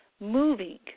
moving